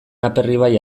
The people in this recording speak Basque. aperribai